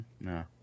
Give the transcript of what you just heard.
No